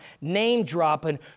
name-dropping